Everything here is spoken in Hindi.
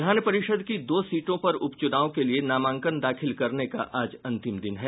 विधान परिषद की दो सीटों पर उपचुनाव के लिए नामांकन दाखिल करने का आज अंतिम दिन है